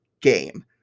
game